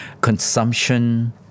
consumption